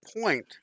point